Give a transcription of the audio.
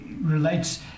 relates